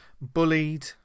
bullied